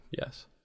Yes